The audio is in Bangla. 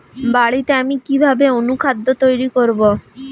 বাড়িতে আমি কিভাবে অনুখাদ্য তৈরি করব?